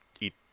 eat